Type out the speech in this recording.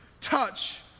touch